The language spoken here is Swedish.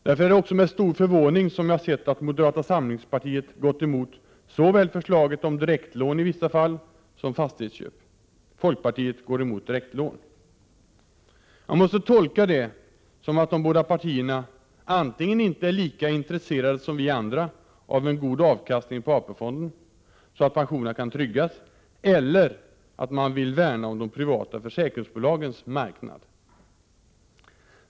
Det är också därför med stor förvåning jag sett att moderata samlingspartiet gått emot såväl förslaget om direktlån i vissa fall som fastighetsköp. Folkpartiet går emot direktlån. Jag måste tolka detta som att de båda partierna antingen inte är lika intresserade som vi andra av en god avkastning på AP-fonden så att pensionerna kan tryggas, eller att man helire vill värna om de privata försäkringsbolagens marknad.